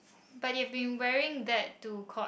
but it've been wearing that to court